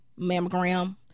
mammogram